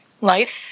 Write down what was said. life